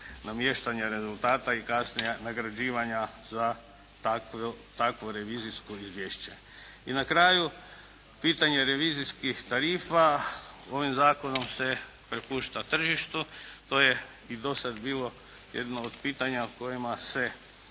namještanja rezultata i kasnije nagrađivanja za takvo revizijsko izvješće. I na kraju, pitanje revizijskih tarifa ovim zakonom se prepušta tržištu. To je i do sada bilo jedno od pitanja kojima se